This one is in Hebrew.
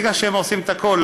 ברגע שהם עושים את הכול,